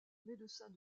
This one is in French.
médecins